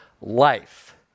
life